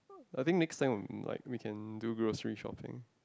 I think next time like we can do grocery shopping